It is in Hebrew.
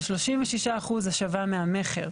ו-36% השבה מהמכר.